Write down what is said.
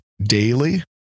daily